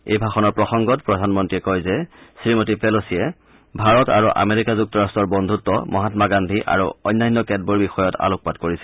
এই ভাষণৰ প্ৰসংগত প্ৰধানমন্ত্ৰীয়ে কয় যে শ্ৰীমতী পেলচিয়ে ভাৰত আৰু আমেৰিকা যুক্তৰাট্টৰ বন্ধূত মহামা গান্ধী আৰু অন্যান্য কেতবোৰ বিষয়ত আলোকপাত কৰিছিল